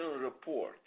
Report